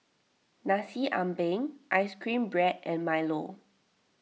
Nasi Ambeng Ice Cream Bread and Milo